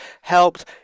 helped